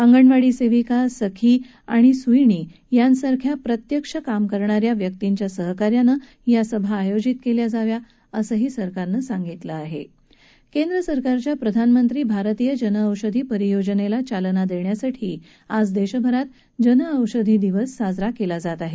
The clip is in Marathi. अंगणवाडी सेविका सखी सेविका आणि सुईण यांच्यासारख्या प्रत्यक्ष काम करणाऱ्या व्यकींच्या सहकार्यानं या सभा आयोजित केल्या जाव्यात असंही केंद्र सरकानं सांगितलं आहे केंद्र सरकारच्या प्रधानमंत्री भारतीय जनऔषधी परियोजनेला चालना देण्यासाठी आज देशभरात जनऔषधी दिवस साजरा केला जात आहे